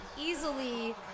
easily